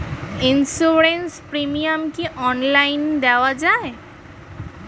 Insurance premium কি online দেওয়া যায়?